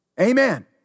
Amen